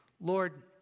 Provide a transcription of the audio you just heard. Lord